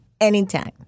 anytime